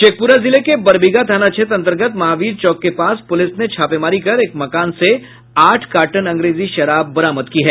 शेखपूरा जिले के बरबीघा थाना क्षेत्र अंतर्गत महावीर चौक के पास पूलिस ने छापेमारी कर एक मकान से आठ कार्टन अंग्रेजी शराब बरामद की है